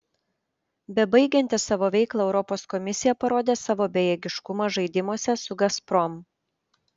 bebaigianti savo veiklą europos komisija parodė savo bejėgiškumą žaidimuose su gazprom